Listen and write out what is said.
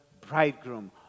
bridegroom